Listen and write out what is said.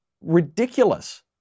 ridiculous